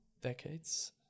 decades